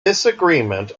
disagreement